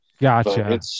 Gotcha